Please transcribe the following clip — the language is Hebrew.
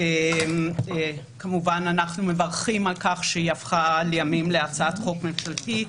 ואנחנו מברכים על כך שהיא הפכה לימים להצעת חוק ממשלתית.